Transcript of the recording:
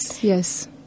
yes